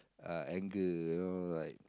uh anger you know like